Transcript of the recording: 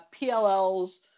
PLL's